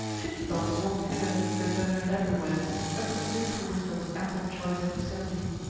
chichikov walked hither, thither, and everywhere a pursuit for which there was ample choice and facility.